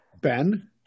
Ben